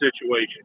situation